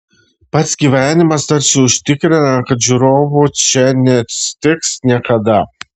pats gyvenimas tarsi užtikrina kad žiūrovų čia nestigs niekada